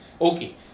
okay